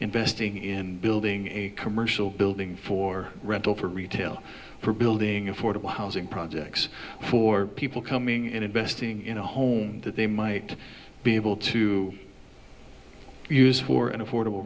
investing in building a commercial building for rental for retail for building affordable housing projects for people coming in investing in a home that they might be able to for an affordable